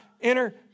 enter